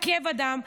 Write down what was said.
לעכב אדם,